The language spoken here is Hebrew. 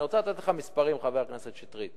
אני רוצה לתת לך מספרים, חבר הכנסת שטרית.